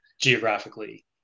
geographically